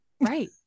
Right